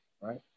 right